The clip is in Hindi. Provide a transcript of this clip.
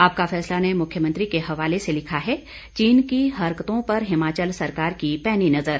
आपका फैसला ने मुख्यमंत्री के हवाले से लिखा है चीन की हरकतों पर हिमाचल सरकार की पैनी नजर